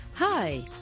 Hi